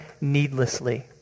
needlessly